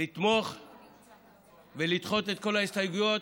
לתמוך ולדחות את כל ההסתייגויות.